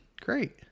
great